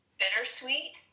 bittersweet